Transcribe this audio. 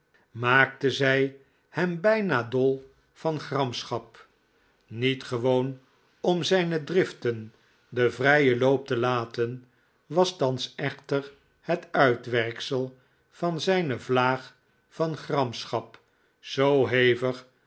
maakte zij hem bijna dol van gramschap met gewoon om zijne driften den vrijen loop te laten was thans echter het uitwerksel van zijne vlaag van gramschap zoo hevig